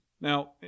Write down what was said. Now